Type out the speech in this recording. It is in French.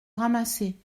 ramasser